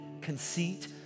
conceit